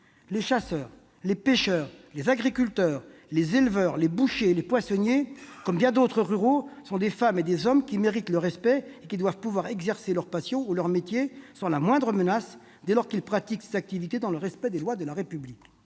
Les chasseurs, les pêcheurs, les agriculteurs, les éleveurs, les bouchers et les poissonniers, comme bien d'autres ruraux, sont des femmes et des hommes qui méritent le respect et qui doivent pouvoir exercer leur passion ou leur métier sans la moindre menace, dès lors qu'ils pratiquent ces activités dans le respect des lois de la République.